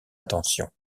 attention